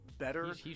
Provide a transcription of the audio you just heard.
Better